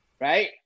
Right